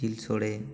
ᱡᱤᱞ ᱥᱚᱲᱮ